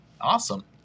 Awesome